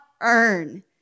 earn